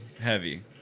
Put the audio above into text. heavy